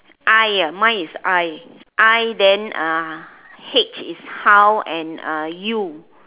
I ah mine is I I then uh H is how and uh U